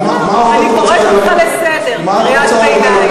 אני קוראת אותך לסדר, קריאת ביניים.